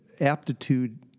aptitude